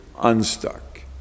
unstuck